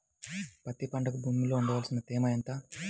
పత్తి పంటకు భూమిలో ఉండవలసిన తేమ ఎంత?